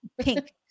pink